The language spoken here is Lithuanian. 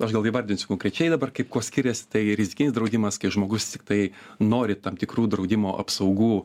aš gal įvardinsiu konkrečiai dabar kaip kuo skiriasi tai rizikinis draudimas kai žmogus tiktai nori tam tikrų draudimo apsaugų